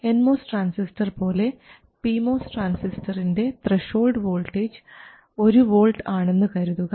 N MOS transistor പോലെ P MOS ട്രാൻസിസ്റ്ററിൻറെ threshold voltage 1 V ആണെന്ന് കരുതുക